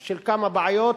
של כמה בעיות,